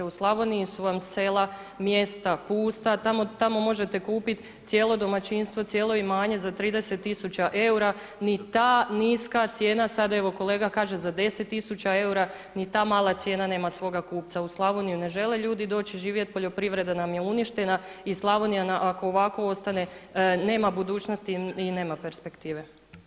U Slavoniji su vam sela, mjesta pusta, tamo možete kupiti cijelo domaćinstvo, cijelo imanje za 30 tisuća eura, ni ta niska cijena sada evo kolega kaže za 10 tisuća eura ni ta mala cijena nema svoga kupca, u Slavoniju ne žele ljudi doći i živjeti, poljoprivreda nam je uništena i Slavonija ako ovako ostane nama budućnosti i nema perspketive.